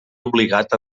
obligat